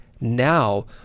now